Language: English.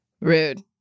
Rude